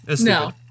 no